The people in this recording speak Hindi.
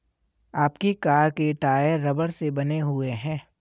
आपकी कार के टायर रबड़ से बने हुए हैं